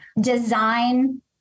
design